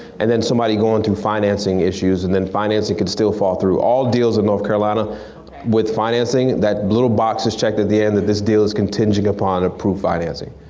and then somebody goin' through financing issues and then financing can still fall through. all deals in north carolina with financing, that little box is checked at the end that this deal is contingent upon approved financing.